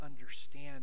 understand